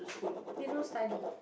they don't study